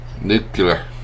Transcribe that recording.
nuclear